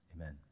amen